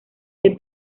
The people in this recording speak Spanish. que